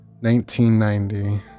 1990